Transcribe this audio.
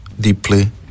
deeply